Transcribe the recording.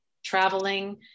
traveling